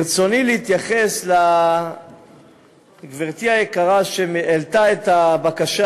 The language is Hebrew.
ברצוני להתייחס לגברתי היקרה שהעלתה את הבקשה.